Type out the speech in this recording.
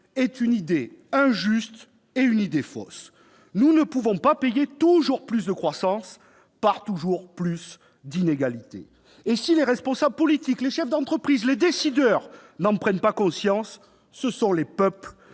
est une idée injuste et une idée fausse. Nous ne pouvons pas payer toujours plus de croissance par toujours plus d'inégalités. Et si les responsables politiques, les chefs d'entreprise, les décideurs n'en prennent pas conscience, ce sont les peuples